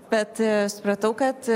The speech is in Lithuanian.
bet supratau kad